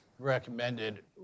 recommended